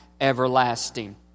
everlasting